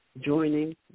joining